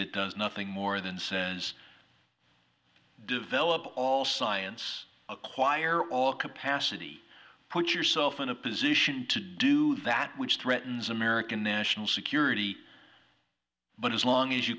that does nothing more than says develop all science acquire all capacity put yourself in a position to do that which threatens american national security but as long as you